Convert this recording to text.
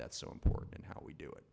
that's so important and how we do it